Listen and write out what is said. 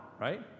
right